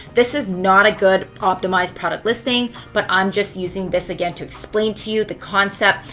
this is not a good optimized product listing but i am just using this again to explain to you the concept.